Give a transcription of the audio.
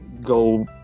go